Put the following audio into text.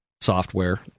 software